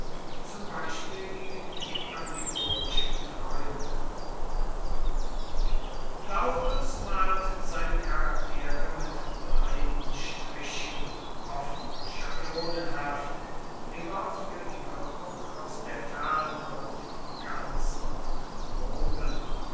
zum beispiel gegen die allegorischen träume plautus malt seine charaktere mit breiten strichen oft schablonenhaft immer für die wirkung aus der ferne und im ganzen und groben